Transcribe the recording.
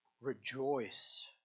rejoice